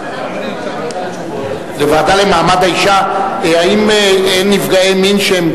26 בעד, אין מתנגדים, אין נמנעים.